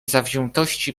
zawziętości